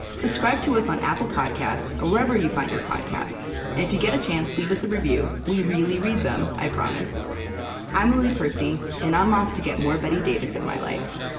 subscribe to us on apple podcasts or wherever you find your podcasts, and if you get a chance, leave us a review. we really read them, i promise i'm lily percy, and i'm off to get more bette davis in my life